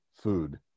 food